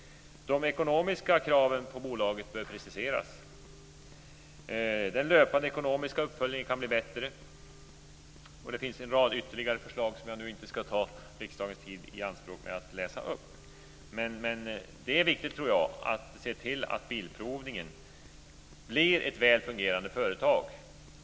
De ekonomiska kraven på bolaget bör preciseras. Den löpande ekonomiska uppföljningen kan bli bättre. Det finns en rad ytterligare förslag som jag inte ska ta riksdagens tid i anspråk med att läsa upp. Men jag tror att det är viktigt att man ser till att bilprovningen blir ett väl fungerande företag.